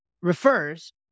refers